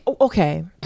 okay